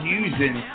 using